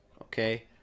okay